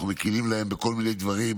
אנחנו מכירים להם בכל מיני דברים,